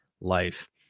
life